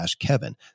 kevin